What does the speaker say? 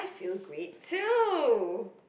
you agreed too